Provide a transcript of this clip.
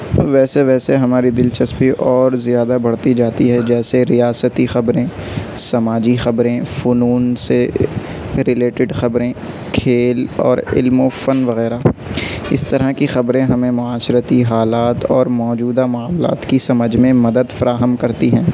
ویسے ویسے ہماری دلچسپی اور زیادہ بڑھتی جاتی ہے جیسے ریاستی خبریں سماجی خبریں فنون سے ریلیٹڈ خبریں کھیل اور علم و فن وغیرہ اس طرح کی خبریں ہمیں معاشرتی حالات اور موجودہ معاملات کی سمجھ میں مدد فراہم کرتی ہیں